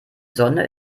sonne